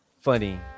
funny